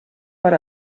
per